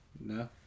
No